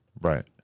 Right